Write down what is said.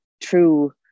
true